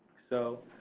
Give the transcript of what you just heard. so,